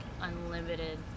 unlimited